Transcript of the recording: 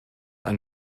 ein